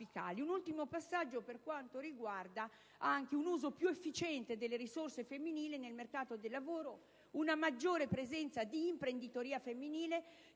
un ultimo passaggio per quanto riguarda un uso più efficiente delle risorse femminili nel mercato del lavoro ed una maggiore presenza di imprenditoria femminile,